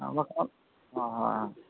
ᱵᱟᱠᱷᱟᱱ ᱦᱮᱸ